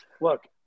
look